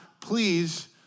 please